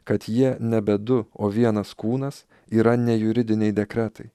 kad jie nebe du o vienas kūnas yra ne juridiniai dekretai